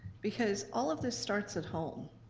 because all of this starts at home.